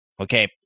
Okay